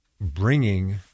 bringing